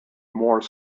more